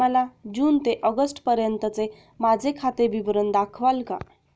मला जून ते ऑगस्टपर्यंतचे माझे खाते विवरण दाखवाल का?